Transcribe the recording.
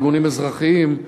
ארגונים אזרחיים,